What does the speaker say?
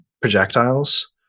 projectiles